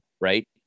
right